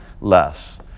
less